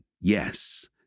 yes